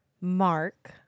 Mark